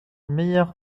meilleur